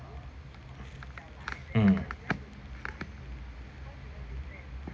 mm